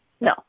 No